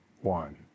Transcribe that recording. one